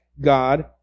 God